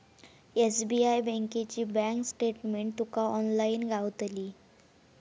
SBI बँकेची bank statement तुका online गावतली